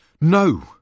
No